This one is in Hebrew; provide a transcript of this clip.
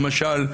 למשל,